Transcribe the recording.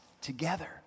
together